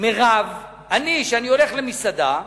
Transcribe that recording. מרב כשאני הולך למסעדה,